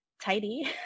tidy